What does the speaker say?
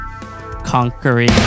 Conquering